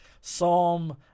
Psalm